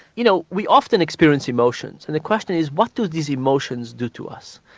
you know we often experience emotions and the question is what do these emotions do to us?